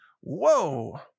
Whoa